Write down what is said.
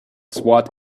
swat